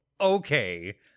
Okay